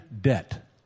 debt